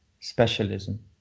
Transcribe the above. specialism